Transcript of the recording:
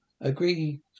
Agree